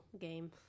game